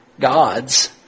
gods